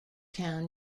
town